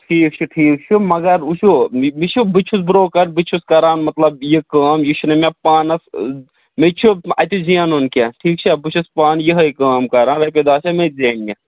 ٹھیٖک چھُ ٹھیٖک چھُ مگر وٕچھو یہِے چھُ بہٕ چھُس بروکر بہٕ چھُس کران مطلب یہِ کٲم یہِ چھُ نہٕ مےٚ پانَس مےٚ تہِ چھُ اَتہِ زینُن کیٚنٛہہ ٹھیٖک چھا بہٕ چھُس پانہٕ یِہے کٲم کَران رۄپیہِ دَہ چھ مےٚ تہِ زیننہِ